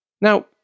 Now